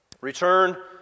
Return